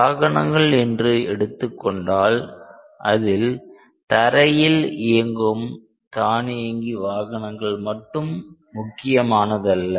வாகனங்கள் என்று எடுத்துக் கொண்டால் அதில் தரையில் இயங்கும் தானியங்கி வாகனங்கள் மட்டும் முக்கியமானதல்ல